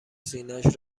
سینهاش